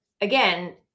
again